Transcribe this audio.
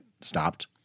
stopped